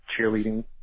cheerleading